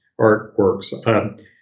artworks